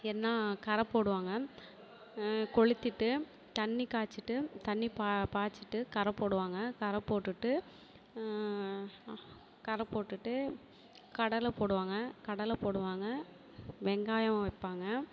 என்ன கரை போடுவாங்க கொளுத்திவிட்டு தண்ணி காய்ச்சிட்டு தண்ணி பா பாய்ச்சிட்டு கரை போடுவாங்க கரை போட்டுவிட்டு கரை போட்டுவிட்டு கடலை போடுவாங்க கடலை போடுவாங்க வெங்காயம் வைப்பாங்க